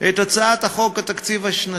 את הצעת חוק התקציב השנתי.